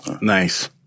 Nice